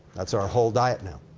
that's our whole diet now,